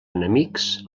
enemics